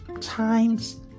times